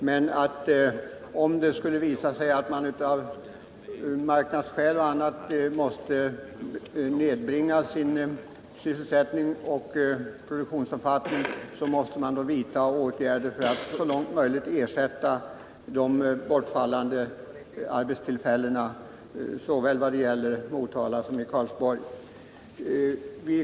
Men om det skulle visa sig att företaget av marknadsskäl eller av andra skäl måste nedbringa sin sysselsättning och produktion, måste man vidta åtgärder för att så långt möjligt ersätta de bortfallande arbetstillfällena såväl i Motala som i Karlsborg.